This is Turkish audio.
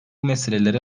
meselelere